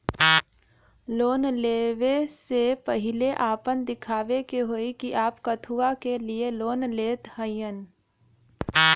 Loan ले वे से पहिले आपन दिखावे के होई कि आप कथुआ के लिए लोन लेत हईन?